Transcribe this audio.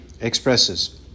expresses